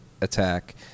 attack